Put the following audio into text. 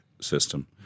system